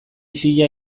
fia